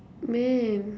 man